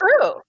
true